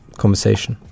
conversation